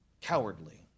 Cowardly